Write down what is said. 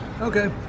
Okay